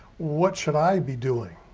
what should i be doing?